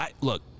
Look